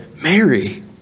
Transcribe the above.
Mary